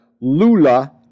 Lula